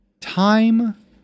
Time